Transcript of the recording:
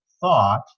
thought